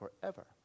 forever